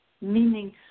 meaning